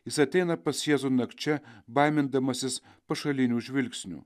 jis ateina pas jėzų nakčia baimindamasis pašalinių žvilgsnių